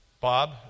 Bob